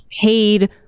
paid